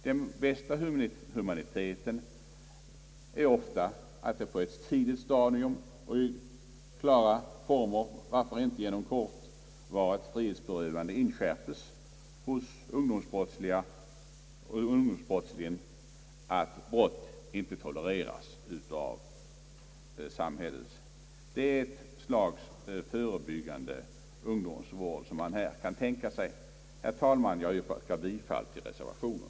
Den bästa humaniteten är ofta att det på ett tidigt stadium och i klara former, varför inte genom kortvarigt frihetsberövande, inskärpes hos ungdomsbrottslingen att brott inte tolereras av samhället. Det är ett slags förebyggande ungdomsvård som man här kan tänka sig. Herr talman! Jag yrkar bifall till reservationen.